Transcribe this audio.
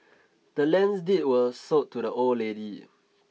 the land's deed were sold to the old lady